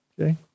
Okay